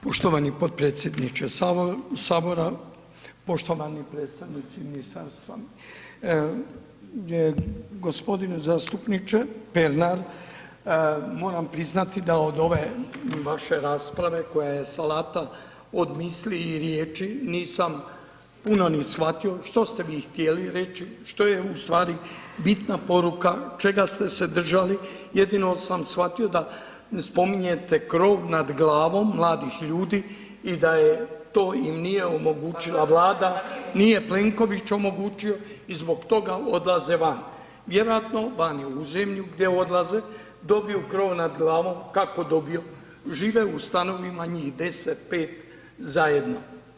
Poštovani potpredsjedniče sabora, poštovani predstavnici ministarstva, gospodine zastupniče Pernar moram priznati da od ove vaše rasprave koja je salata od misli i riječi nisam puno ni shvatio što ste vi htjeli reći, što je u stvari bitna poruka, čega ste se držali, jedino sam shvatio da spominjete krov nad glavom mladih ljudi i da je to im nije omogućila Vlada, nije Plenković omogućio i zbog toga odlaze van, vjerojatno vani u zemlju gdje odlaze, dobiju krov nad glavom, kako dobiju?, žive u stanovima njih deset, pet zajedno.